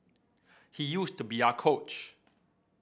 he used to be our coach